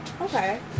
Okay